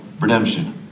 redemption